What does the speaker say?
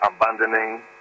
abandoning